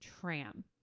Tram